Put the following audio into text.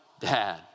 Dad